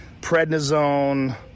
Prednisone